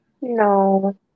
No